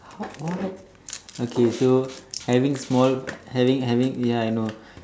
what what okay so having small having having ya I know